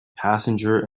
passenger